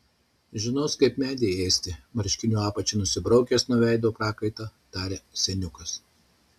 žinos kaip medį ėsti marškinių apačia nusibraukęs nuo veido prakaitą tarė seniukas